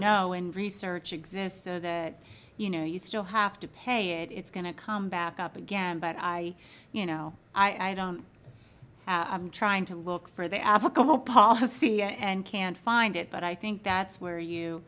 now in research exists so that you know you still have to pay it it's going to come back up again but i you know i don't i'm trying to look for the avoca whole policy and can't find it but i think that's where you